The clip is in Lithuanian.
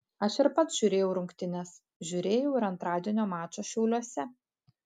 aš ir pats žiūrėjau rungtynes žiūrėjau ir antradienio mačą šiauliuose